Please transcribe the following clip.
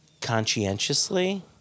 conscientiously